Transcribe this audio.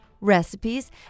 recipes